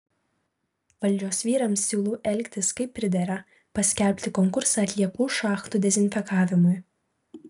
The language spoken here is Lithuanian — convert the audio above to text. valdžios vyrams siūlau elgtis kaip pridera paskelbti konkursą atliekų šachtų dezinfekavimui